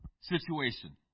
situation